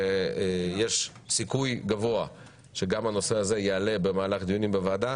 ויש סיכוי גבוה שגם הנושא הזה יעלה במהלך הדיונים בוועדה.